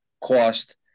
cost